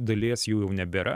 dalies jų jau nebėra